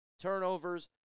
turnovers